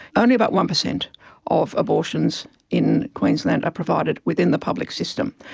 only about one percent of abortions in queensland are provided within the public system,